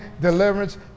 deliverance